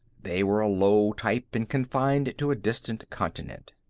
they were a low type and confined to a distant continent.